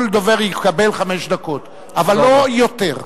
כל דובר יקבל חמש דקות אבל לא יותר.